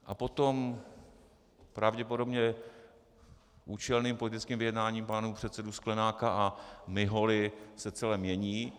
A potom, pravděpodobně účelným politickým vyjednáním pánů předsedů Sklenáka a Miholy, se to celé mění.